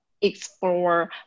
explore